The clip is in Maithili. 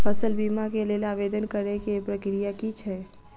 फसल बीमा केँ लेल आवेदन करै केँ प्रक्रिया की छै?